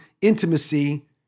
Intimacy